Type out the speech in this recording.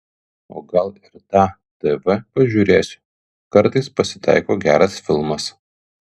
o gal ir tą tv pažiūrėsiu kartais pasitaiko geras filmas